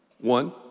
One